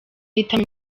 ahitamo